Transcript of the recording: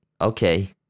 Okay